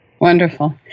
Wonderful